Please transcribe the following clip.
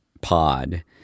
pod